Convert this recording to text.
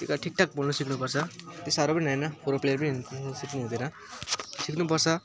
त्यो त ठिकठाक बोल्नु सिक्नुपर्छ त्यति साह्रो पनि हैन सिक्नु हुँदैन सिक्नुपर्छ